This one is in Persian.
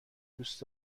دوست